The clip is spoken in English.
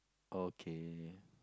okay